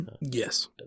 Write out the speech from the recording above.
Yes